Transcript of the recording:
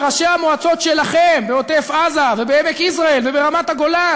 וראשי המועצות שלכם בעוטף-עזה ובעמק-יזרעאל וברמת-הגולן,